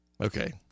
Okay